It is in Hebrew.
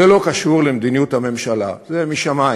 זה לא קשור למדיניות הממשלה, זה משמַים.